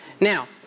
Now